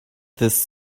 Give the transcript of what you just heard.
this